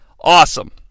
Awesome